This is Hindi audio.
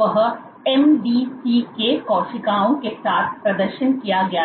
वह MDCK कोशिकाओं के साथ प्रदर्शन किया गया था